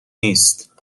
نیست